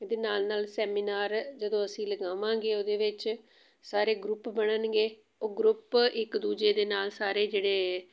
ਇਹਦੇ ਨਾਲ ਨਾਲ ਸੈਮੀਨਾਰ ਜਦੋਂ ਅਸੀਂ ਲਗਾਵਾਂਗੇ ਉਹਦੇ ਵਿੱਚ ਸਾਰੇ ਗਰੁੱਪ ਬਣਨਗੇ ਉਹ ਗਰੁੱਪ ਇੱਕ ਦੂਜੇ ਦੇ ਨਾਲ ਸਾਰੇ ਜਿਹੜੇ